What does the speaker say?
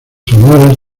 honores